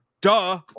duh